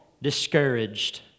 Discouraged